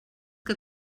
que